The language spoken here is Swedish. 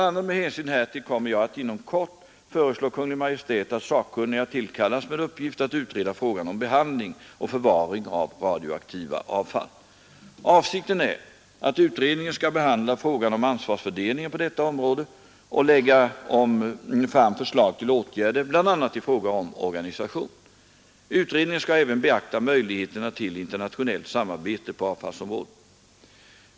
a. med hänsyn härtill kommer jag inom Nr 128 Torsdagen den är att utredningen skall behandla frågan om ansvarsfördelningen på detta 30 november 1972 område och lägga fram förslag till åtgärder, bl.a. i fråga om organisation. Utredningen skall även beakta möjligheterna till internationellt samarbete på avfallsområdet.